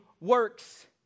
works